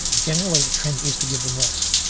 generally the trend is to give them less.